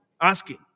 asking